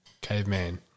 caveman